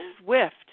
swift